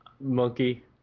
Monkey